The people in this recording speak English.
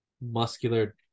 muscular